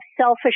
selfish